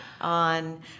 on